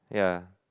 yeah